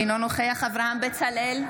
אינו נוכח אברהם בצלאל,